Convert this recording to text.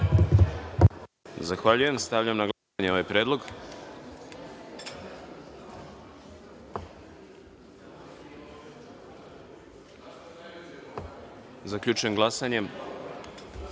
Zahvaljujem. Stavljam na glasanje ovaj predlog. Zaključujem glasanje